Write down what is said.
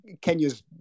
Kenya's